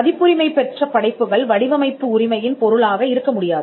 பதிப்புரிமை பெற்ற படைப்புகள் வடிவமைப்பு உரிமையின் பொருளாக இருக்க முடியாது